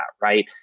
right